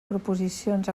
proposicions